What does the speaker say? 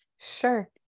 sure